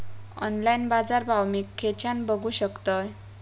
Online बाजारभाव मी खेच्यान बघू शकतय?